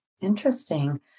Interesting